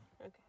Okay